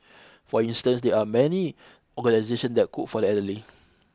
for instance there are many organisation that cook for the elderly